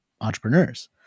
entrepreneurs